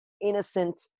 innocent